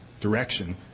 direction